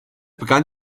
begann